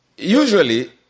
Usually